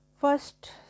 First